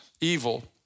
evil